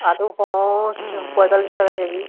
আলু পনেরো পঁয়তাল্লিশ টাকা কেজি